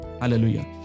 hallelujah